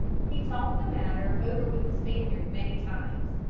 he talked the matter over with the spaniard many times.